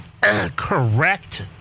correct